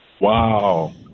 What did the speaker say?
wow